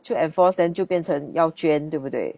就 enforced then 就变成要捐对不对